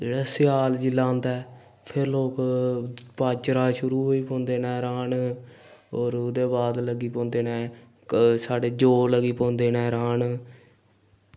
एह् सैआल जेल्लै आंदा ते लोग शुरू होई जंदे न राह्न होर ओह्दे बाद लग्गी पौंदे न ते साढ़े जौ लग्गी पौंदे न राह्न